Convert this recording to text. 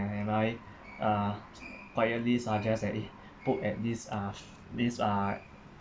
and I uh quietly suggest that eh put at this uh this uh